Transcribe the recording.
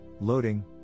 loading